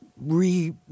Re